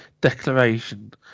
declaration